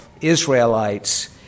Israelites